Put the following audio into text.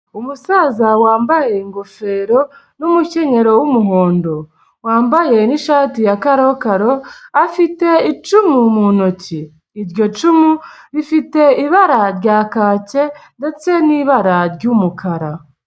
Umusaza wambaye ingofero n'umukenyero w'umuhondo, wambaye n'ishati ya karakaro, afite icumu mu ntoki, iryo cumu, rifite ibara rya kacye, ndetse n'ibara ry'umukara.